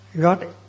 God